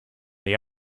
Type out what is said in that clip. the